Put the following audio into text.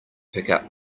pickup